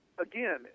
again